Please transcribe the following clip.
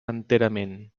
enterament